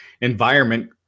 environment